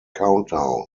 countdown